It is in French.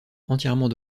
entièrement